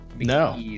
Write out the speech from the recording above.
No